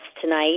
tonight